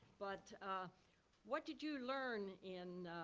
but ah what did you learn in.